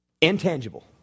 Intangible